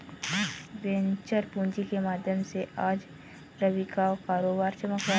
venture पूँजी के माध्यम से आज रवि का कारोबार चमक रहा है